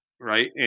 right